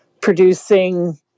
producing